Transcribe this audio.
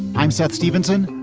i'm seth stevenson.